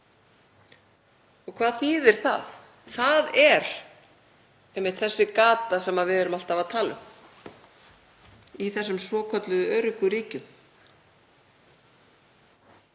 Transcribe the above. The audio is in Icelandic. Og hvað þýðir það? Það er einmitt þessi gata sem við erum alltaf að tala um í þessum svokölluðu öruggu ríkjum.